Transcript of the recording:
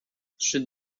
trzy